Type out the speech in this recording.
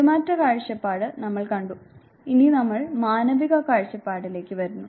പെരുമാറ്റ കാഴ്ചപ്പാട് നമ്മൾ കണ്ടു ഇനി നമ്മൾ മാനവിക കാഴ്ചപ്പാടിലേക്ക് വരുന്നു